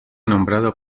nombrado